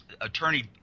Attorney